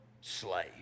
slave